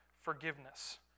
forgiveness